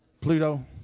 Pluto